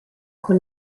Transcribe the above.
con